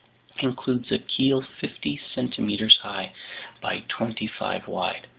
includes a keel fifty centimeters high by twenty-five wide,